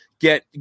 get